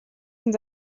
sind